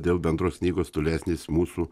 dėl bendros knygos tolesnis mūsų